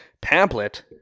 pamphlet